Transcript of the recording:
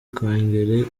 kongere